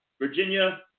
Virginia –